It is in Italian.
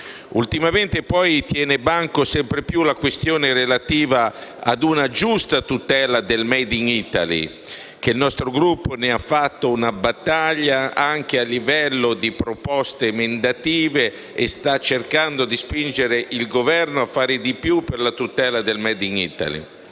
Ultimamente tiene banco sempre più la questione relativa a una giusta tutela del *made in Italy*, e il nostro Gruppo ne ha fatto una battaglia anche a livello di proposte emendative, cercando di spingere il Governo a fare di più per la tutela del *made in Italy*